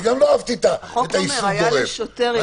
אני גם לא אהבתי את האיסור הגורף.